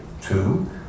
two